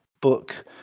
book